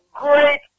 great